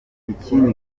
ikindi